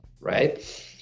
right